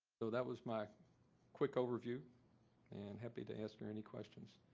so that was my quick overview and happy to answer any questions.